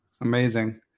Amazing